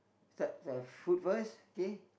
start uh fruit first okay